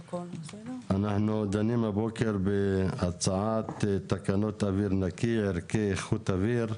אנחנו דנים הבוקר בהצעת תקנות אוויר נקי (ערכי איכות אוויר)